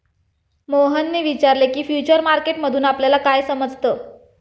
मोहनने विचारले की, फ्युचर मार्केट मधून आपल्याला काय समजतं?